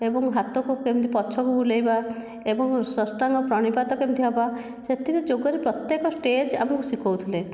ଏବଂ ହାତକୁ କେମିତି ପଛକୁ ବୁଲେଇବା ଏବଂ ସାଷ୍ଟାଙ୍ଗ ପ୍ରଣିପାତ କେମିତି ହେବା ସେଥିରେ ଯୋଗରୁ ପ୍ରତେକ ଷ୍ଟେଜ୍ ଆମକୁ ଶିଖାଉଥିଲେ